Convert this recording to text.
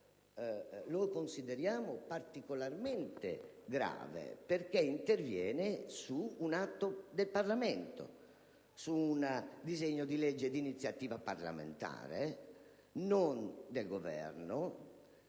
passaggio è particolarmente grave perché interviene su un atto del Parlamento, su un disegno di legge di iniziativa parlamentare e non del Governo,